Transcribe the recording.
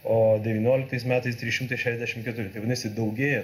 o devynioliktais metais trys šimtai šešiasdešimt keturi tai vadinasi daugėja